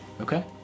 Okay